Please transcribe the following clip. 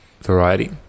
variety